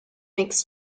makes